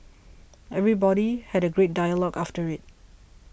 everybody had a great dialogue after it